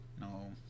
No